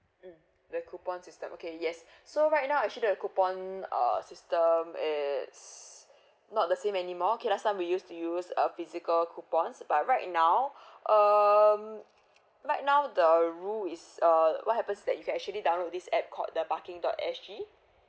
um the coupon system okay yes so right now actually the coupon err system is not the same anymore okay last time we used to use uh physical coupons but right now um right now the rule is err what happens that you can actually download this app called the parking dot S G